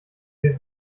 wir